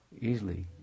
easily